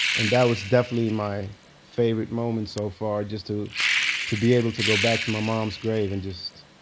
and that was definitely my favorite moment so far, just to to be able to go back to my mom's grave and just